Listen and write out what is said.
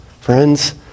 friends